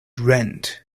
rent